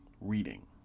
reading